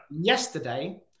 Yesterday